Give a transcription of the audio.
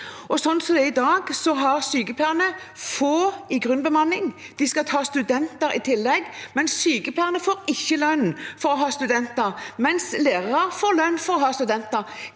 i dag, har sykepleierne få i grunnbemanning, de skal ta studenter i tillegg, og sykepleierne får ikke lønn for å ha studenter, mens lærere får lønn for å ha studenter.